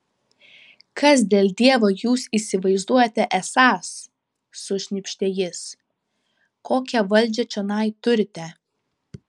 kas dėl dievo jūs įsivaizduojate esąs sušnypštė jis kokią valdžią čionai turite